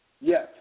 Yes